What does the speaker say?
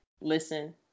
listen